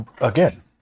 again